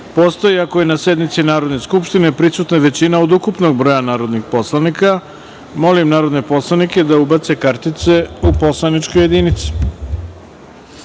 postoji ako je na sednici Narodne skupštine prisutna većina od ukupnog broja narodnog poslanika. Molim narodne poslanike da ubace kartice u poslaničke jedinice.